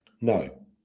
No